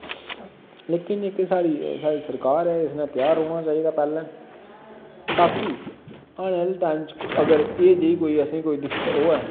लेकिन जेह्की साढ़ी साढ़ी सरकार ऐ इसनै त्यार रौह्ना चाहिदा पैह्ले ताकि आने आह्ले टाइम च अगर एह् जेही कोई असें कोई दिक्कत होऐ